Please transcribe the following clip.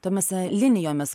tomis linijomis